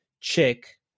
chick